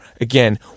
again